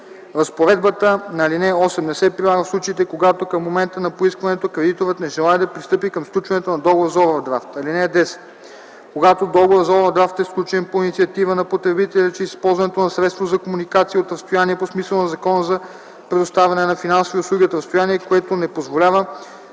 Разпоредбата на ал. 8 не се прилага в случаите, когато към момента на поискването кредиторът не желае да пристъпи към сключването на договор за овърдрафт. (10) Когато договорът за овърдрафт е сключен по инициатива на потребителя чрез използването на средство за комуникация от разстояние по смисъла на Закона за предоставяне на финансови услуги от разстояние, което не позволява